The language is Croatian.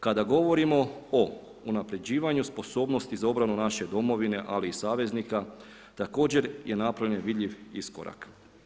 Kada govorimo o unapređivanju, sposobnosti za obranu naše Domovine ali i saveznika također je napravljen vidljiv iskorak.